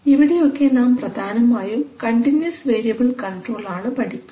ഇവിടെയൊക്കെ നാം പ്രധാനമായും കണ്ടിന്യൂസ് വേരിയബിൾ കൺട്രോൾ ആണ് പഠിക്കുന്നത്